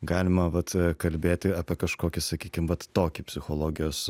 galima vat kalbėti ir apie kažkokį sakykim vat tokį psichologijos